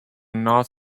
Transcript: not